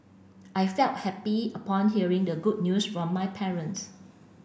I felt happy upon hearing the good news from my parents